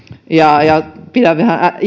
ja ja pidän